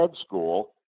school